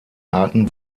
arten